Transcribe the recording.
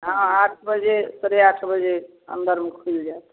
हँ आठ बजे साढ़े आठ बजे अन्दरमे खुलि जाएत